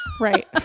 Right